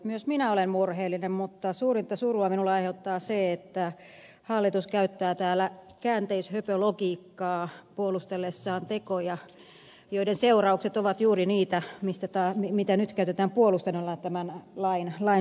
myös minä olen murheellinen mutta suurinta surua minulle aiheuttaa se että hallitus käyttää täällä käänteishöpölogiikkaa puolustellessaan tekoja joiden seuraukset ovat juuri niitä mitä nyt käytetään puolusteluna tämän lain suhteen